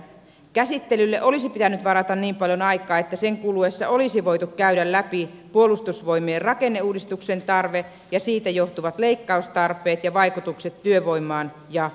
käsittelylle olisi pitänyt varata niin paljon aikaa että sen kuluessa olisi voitu käydä läpi puolustusvoimien rakenneuudistuksen tarve ja siitä johtuvat leikkaustarpeet ja vaikutukset työvoimaan ja aluetalouteen